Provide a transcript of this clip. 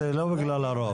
זה לא בגלל הרוב.